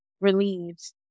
relieved